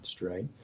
right